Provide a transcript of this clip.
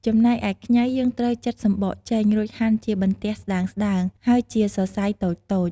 ចំណែកឯខ្ញី យើងត្រូវចិតសំបកចេញ រួចហាន់ជាបន្ទះស្ដើងៗ ហើយជាសរសៃតូចៗ។